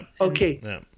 Okay